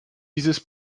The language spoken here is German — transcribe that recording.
dieses